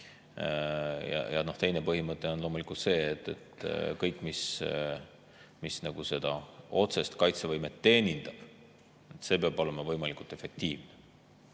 Ja teine põhimõte on loomulikult see, et kõik, mis on suunatud otsese kaitsevõime teenindamisse, peab olema võimalikult efektiivne. Nüüd,